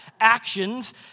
actions